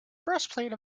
breastplate